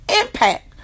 impact